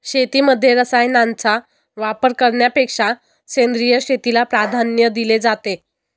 शेतीमध्ये रसायनांचा वापर करण्यापेक्षा सेंद्रिय शेतीला प्राधान्य दिले जाते